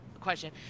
question